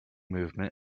movement